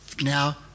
now